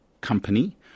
company